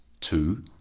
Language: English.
Two